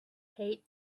head